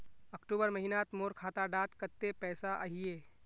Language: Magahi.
अक्टूबर महीनात मोर खाता डात कत्ते पैसा अहिये?